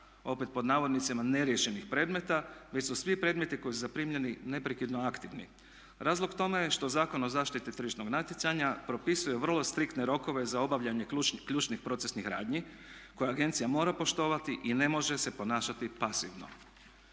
opet pod navodnicima "neriješenih" predmeta već su svi predmeti koji su zaprimljeni neprekidno aktivni. Razlog tome je što Zakon o zaštiti tržišnog natjecanja propisuje vrlo striktne rokove za obavljanje ključnih procesnih radnji koje agencija mora poštovati i ne može se ponašati pasivno.